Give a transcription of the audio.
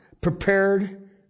prepared